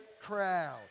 crowd